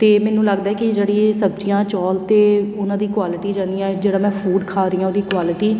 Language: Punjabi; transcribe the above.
ਅਤੇ ਮੈਨੂੰ ਲੱਗਦਾ ਹੈ ਕਿ ਜਿਹੜੀ ਸਬਜ਼ੀਆਂ ਚੌਲ ਅਤੇ ਉਹਨਾਂ ਦੀ ਕੁਆਲਿਟੀ ਯਾਨੀ ਆਹ ਜਿਹੜਾ ਮੈਂ ਫੂਡ ਖਾ ਰਹੀ ਆ ਉਹਦੀ ਕੁਆਲਿਟੀ